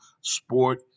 sport